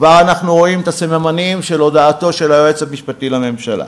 כבר אנחנו רואים את הסממנים של הודעתו של היועץ המשפטי לממשלה.